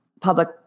public